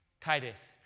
Titus